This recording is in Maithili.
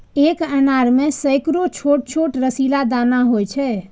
एक अनार मे सैकड़ो छोट छोट रसीला दाना होइ छै